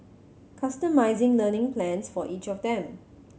customising learning plans for each of them